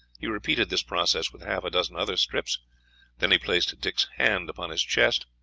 he repeated this process with half a dozen other strips then he placed dick's hand upon his chest,